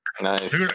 Nice